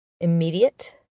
immediate